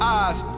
eyes